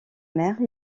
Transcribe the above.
mère